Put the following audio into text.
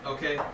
Okay